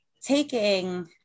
taking